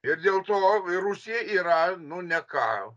ir dėl to i rusija yra nu ne ką